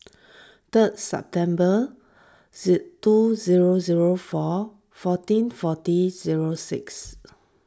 third September two zero zero four fourteen forty zero six